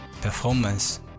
performance